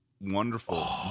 wonderful